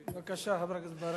בבקשה, חבר הכנסת ברכה.